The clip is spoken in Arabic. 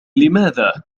لماذا